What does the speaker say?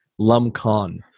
Lumcon